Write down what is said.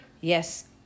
yes